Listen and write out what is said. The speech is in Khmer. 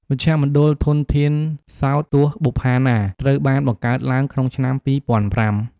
មជ្ឈមណ្ឌលធនធានសោតទស្សន៍បុប្ផាណា ត្រូវបានបង្កើតឡើងក្នុងឆ្នាំ ២០០៥។